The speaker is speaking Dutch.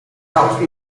koud